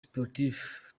sportif